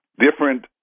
different